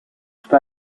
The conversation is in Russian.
что